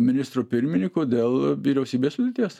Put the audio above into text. ministru pirminyku dėl vyriausybės sudėties